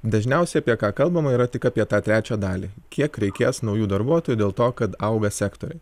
dažniausiai apie ką kalbama yra tik apie tą trečią dalį kiek reikės naujų darbuotojų dėl to kad auga sektoriai